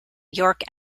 york